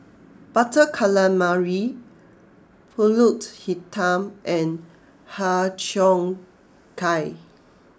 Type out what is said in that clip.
Butter Calamari Pulut Hitam and Har Cheong Gai